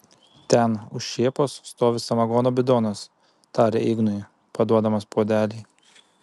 ten už šėpos stovi samagono bidonas tarė ignui paduodamas puodelį